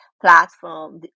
platform